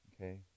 Okay